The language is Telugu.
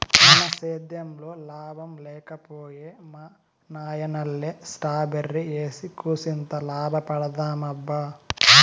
మన సేద్దెంలో లాభం లేక పోయే మా నాయనల్లె స్ట్రాబెర్రీ ఏసి కూసింత లాభపడదామబ్బా